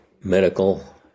medical